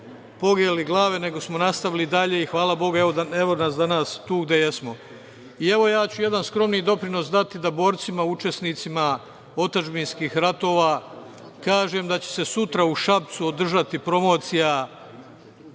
pognuli glave, nego smo nastavili dalje i hvala Bogu, evo nas danas tu gde jesmo. Ja ću jedan skromni doprinos dati da borcima, učesnicima otadžbinskih ratova kažem da će se sutra u Šapcu održati promocija